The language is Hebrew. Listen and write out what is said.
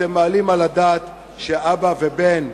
אתם מעלים על הדעת שאבא ובן,